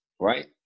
right